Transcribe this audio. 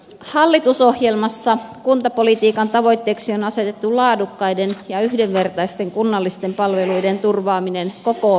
hallitusohjelmassa kuntapolitiikan tavoitteeksi on asetettu laadukkaiden ja yhdenvertaisten kunnallisten palveluiden turvaaminen koko maassa